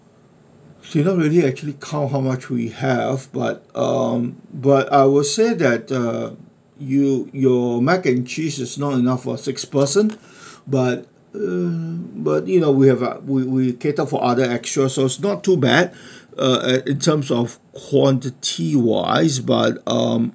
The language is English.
we don't really actually count how much we have but um but I would say that uh you your mac and cheese is not enough for six person but uh but you know we've uh we we catered for other as well so it was not too bad uh uh in terms of quantity wise but um